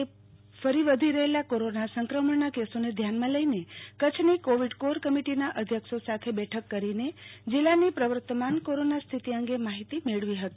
એ ફરી વધ રહેલા કોરોના સંક્રમણના કેસોને ધ્યાનમાં લઈને કોવીડ કોર કમિટીના અધ્યક્ષો સાથે બેઠક કરીને જીલ્લાની પ્રવર્તમાન કોરોના સ્થિતિ અંગે માહિતી મેળવી હતી